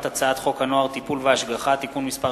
הצעת חוק הנוער (טיפול והשגחה) (תיקון מס'